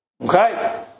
Okay